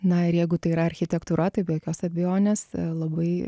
na ir jeigu tai yra architektūra tai be jokios abejonės labai